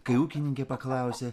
kai ūkininkė paklausė